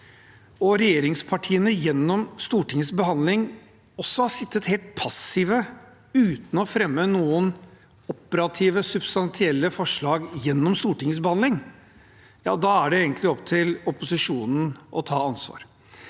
og regjeringspartiene gjennom Stortingets behandling også har sittet helt passive uten å fremme noen operative, substansielle forslag gjennom Stortingets behandling, er det egentlig opp til opposisjonen å ta ansvar.